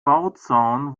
bauzaun